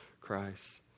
Christ